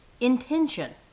intention